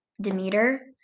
Demeter